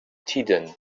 tiden